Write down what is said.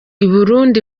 burundi